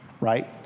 right